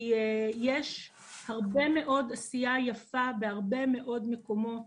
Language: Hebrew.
יש הרבה מאוד עשייה יפה בהרבה מאוד מקומות